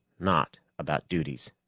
not about duties.